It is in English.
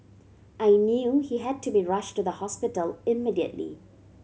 I knew he had to be rushed to the hospital immediately